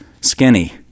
skinny